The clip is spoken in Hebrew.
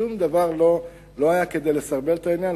שום דבר לא היה כדי לסרבל את העניין,